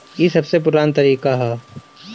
ई सबसे पुरान तरीका हअ